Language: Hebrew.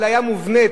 אפליה מובנית